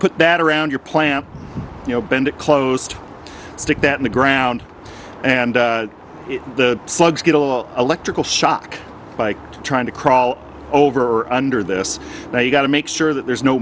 put that around your plant you know bend a closed stick that in the ground and the slugs get a little electrical shock by trying to crawl over under this now you've got to make sure that there's no